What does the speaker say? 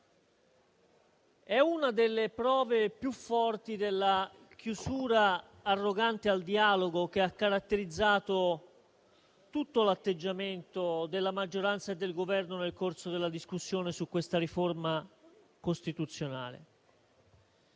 è una delle prove più forti della chiusura arrogante al dialogo che ha caratterizzato tutto il loro atteggiamento nel corso della discussione su questa riforma costituzionale.